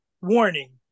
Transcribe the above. warning